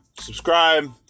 subscribe